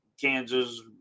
Kansas